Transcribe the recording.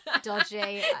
dodgy